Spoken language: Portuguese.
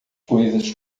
coisas